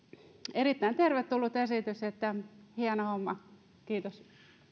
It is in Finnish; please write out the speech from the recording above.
erittäin tervetullut esitys hieno homma kiitos